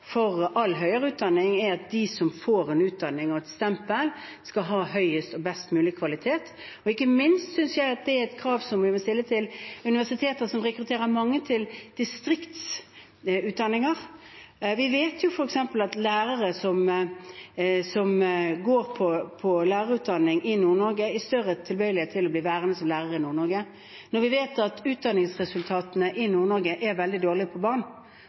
all høyere utdanning er at de som får en utdanning og et stempel, skal ha høyest og best mulig kvalitet. Ikke minst synes jeg at det er et krav som vi må stille til universiteter som rekrutterer mange til distriktsutdanninger. Vi vet jo f.eks. at de som går på lærerutdanning i Nord-Norge, har større tilbøyelighet til å bli værende som lærer i Nord-Norge. Når vi vet at utdanningsresultatene for barn i Nord-Norge er veldig dårlige, og at noen av de største ulikhetene kan starte med en dårlig